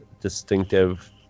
distinctive